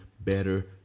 better